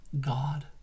God